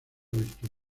virtud